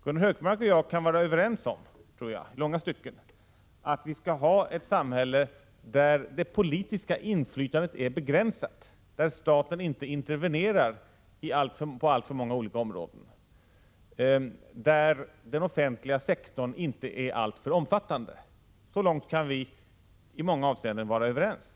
Gunnar Hökmark och jag kan i långa stycken vara överens om, tror jag, att vi skall ha ett samhälle där det politiska inflytandet är begränsat, där staten inte intervenerar på alltför många områden och där den offentliga sektorn inte är alltför omfattande. Så långt kan vi som sagt i många avseenden vara överens.